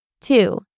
Two